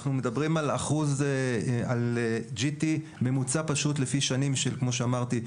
אנחנו מדברים על GT ממוצע פשוט לפי שנים כמו שאמרתי,